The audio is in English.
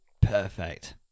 perfect